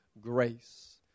grace